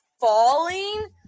falling